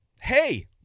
hey